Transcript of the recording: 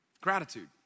Gratitude